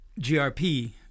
GRP